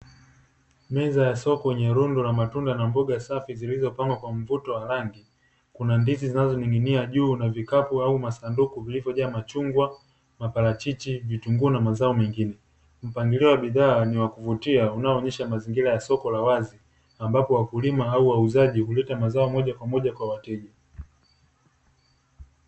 Meza ya soko yenye matunda rundo na mboga safi zilizopangwa kwa mvuto wa rangi, kuna ndizi zinazoning'inia juu na vikapu au masanduku vilivojaa machungwa, maparachichi, vitunguu na mazao mengine mpangilio wa bidhaa niwakuvutia unaoonyesha mazingira ya soko la wazi ambapo wakulima au wauzaji huleta mazao moja kwa moja kwa wateja.